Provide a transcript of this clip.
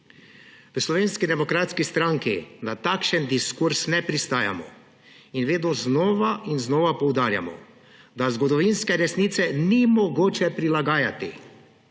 V Slovenski demokratski stranki na takšen diskurz ne pristajamo in vedno znova in znova poudarjamo, da zgodovinske resnice ni mogoče prilagajati,